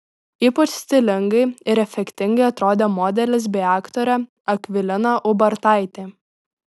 ypač stilingai ir efektingai atrodė modelis bei aktorė akvilina ubartaitė